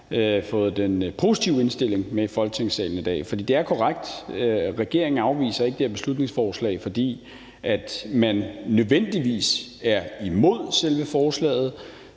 fået den positive indstilling med i Folketingssalen i dag. For det er korrekt, at regeringen ikke afviser det her beslutningsforslag, fordi vi nødvendigvis er imod selve forslaget.